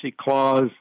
clause